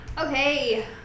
okay